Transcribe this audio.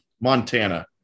Montana